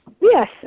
Yes